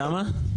למה?